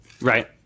right